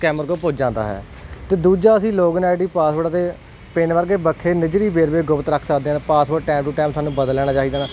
scammer ਕੋਲ ਪੁੱਜ ਜਾਂਦਾ ਹੈ ਅਤੇ ਦੂਜਾ ਅਸੀਂ ਲੋਗਇਨ ਆਈਡੀ ਪਾਸਵਰਡ ਅਤੇ ਪਿੰਨ ਵਰਗੇ ਵੱਖਰੇ ਨਿਜੀ ਵੇਰਵੇ ਗੁਪਤ ਰੱਖ ਸਕਦੇ ਅਤੇ ਪਾਸਵਰਡ ਟਾਈਮ ਟੂ ਟਾਈਮ ਸਾਨੂੰ ਬਦਲ ਲੈਣਾ ਚਾਹੀਦਾ